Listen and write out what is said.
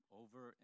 over